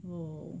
!wow!